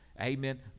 amen